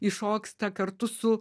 įšoksta kartu su